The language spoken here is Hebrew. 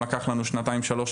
אם הכרת את המשפטנית ורד דשא,